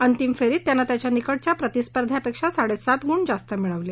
अंतिम फेरीत त्यानं त्याच्या निकटच्या प्रतिस्पर्ध्यापेक्षा साडेसात गुण जास्त मिळवले